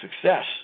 success